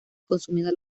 consumida